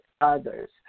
others